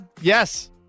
Yes